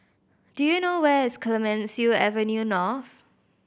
do you know where is Clemenceau Avenue North